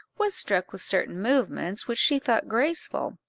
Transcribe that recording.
was struck with certain movements which she thought graceful,